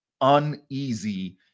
uneasy